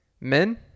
men